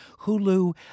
Hulu